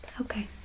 Okay